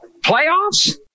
playoffs